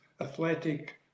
athletic